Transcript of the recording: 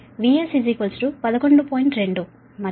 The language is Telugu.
2 మరియు VR 10